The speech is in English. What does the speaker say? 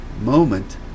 moment